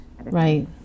right